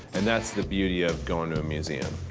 and that's the beauty of going to a museum.